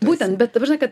būtent bet ta prasme kad